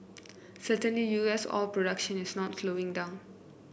certainly U S oil production is not slowing down